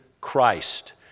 Christ